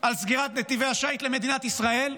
על סגירת נתיבי השיט למדינת ישראל.